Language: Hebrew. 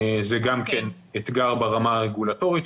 זה גם אתגר ברמה הרגולטורית,